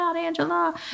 Angela